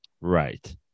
Right